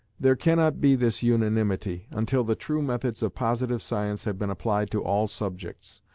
there cannot be this unanimity, until the true methods of positive science have been applied to all subjects,